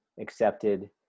accepted